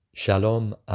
Shalom